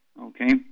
okay